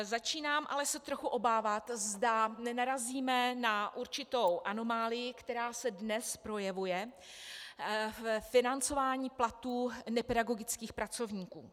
Začínám se ale trochu obávat, zda nenarazíme na určitou anomálii, která se dnes projevuje ve financování platů nepedagogických pracovníků.